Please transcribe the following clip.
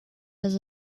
has